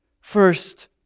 First